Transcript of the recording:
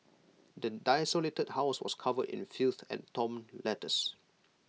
the desolated house was covered in filth and torn letters